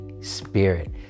Spirit